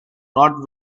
not